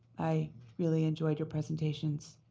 i really enjoyed your presentations.